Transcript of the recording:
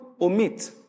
omit